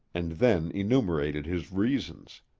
and then enumerated his reasons.